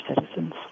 citizens